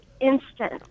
instant